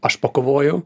aš pakovojau